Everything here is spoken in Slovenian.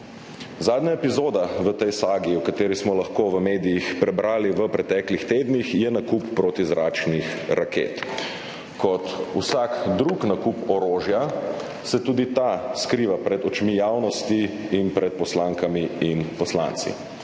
Zadnja epizoda v tej sagi, o kateri smo lahko v medijih prebrali v preteklih tednih, je nakup protizračnih raket. Kot vsak drug nakup orožja, se tudi ta skriva pred očmi javnosti in pred poslankami in poslanci.